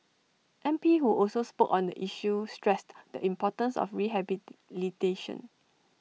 M P who also spoke on the issue stressed the importance of rehabilitation